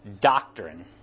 doctrine